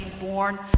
born